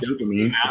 dopamine